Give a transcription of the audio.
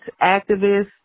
activists